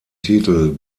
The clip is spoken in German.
titel